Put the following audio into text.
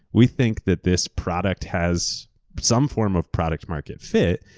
we think that this product has some form of product market fit.